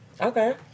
Okay